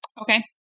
Okay